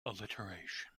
alliteration